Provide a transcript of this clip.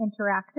interactive